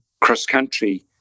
cross-country